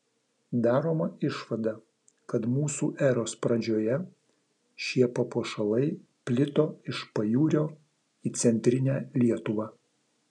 daroma išvada kad mūsų eros pradžioje šie papuošalai plito iš pajūrio į centrinę lietuvą